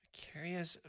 curious